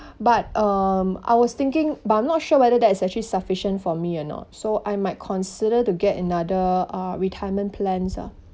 but um I was thinking but I'm not sure whether that is actually sufficient for me or not so I might consider to get another uh retirement plans ah